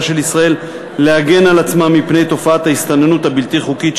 של ישראל להגן על עצמה מפני תופעת ההסתננות הבלתי חוקית,